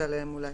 שעליהן אולי